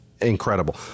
incredible